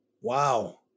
wow